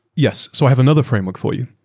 yes. so i have another framework for you.